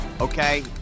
okay